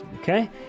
Okay